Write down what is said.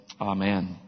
Amen